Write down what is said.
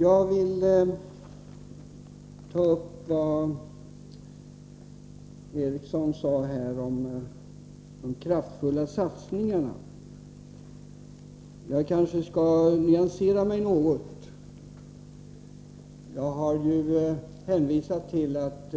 Jag vill ta upp vad Ingvar Eriksson sade om de kraftfulla satsningarna. Kanske skall jag nyansera mig något. Jag har ju hänvisat till att